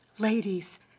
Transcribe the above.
Ladies